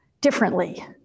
differently